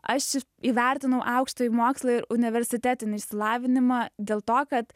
aš įvertino aukštąjį mokslą ir universitetinį išsilavinimą dėl to kad